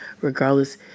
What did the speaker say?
regardless